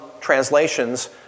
translations